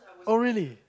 oh really